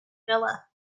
villa